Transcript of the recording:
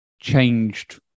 changed